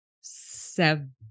seven